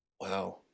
Wow